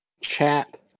chat